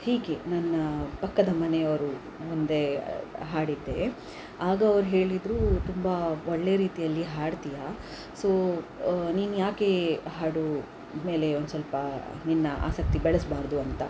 ಹೀಗೆ ನನ್ನ ಪಕ್ಕದ ಮನೆಯವ್ರ ಮುಂದೆ ಹಾಡಿದ್ದೆ ಆಗ ಅವ್ರು ಹೇಳಿದ್ದರು ತುಂಬ ಒಳ್ಳೆ ರೀತಿಯಲ್ಲಿ ಹಾಡ್ತೀಯ ಸೊ ನೀನ್ಯಾಕೆ ಹಾಡು ಮೇಲೆ ಒಂದು ಸ್ವಲ್ಪ ನಿನ್ನ ಆಸಕ್ತಿ ಬೆಳೆಸಬಾರ್ದು ಅಂತ